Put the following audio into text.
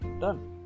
done